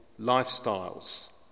lifestyles